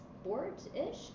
sport-ish